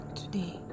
today